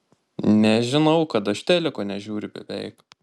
nežinau kad aš teliko nežiūriu beveik